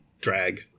drag